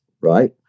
right